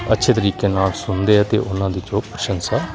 ਅੱਛੇ ਤਰੀਕੇ ਨਾਲ ਸੁਣਦੇ ਆ ਅਤੇ ਉਹਨਾਂ ਦੇ ਜੋ ਪ੍ਰਸ਼ੰਸਾ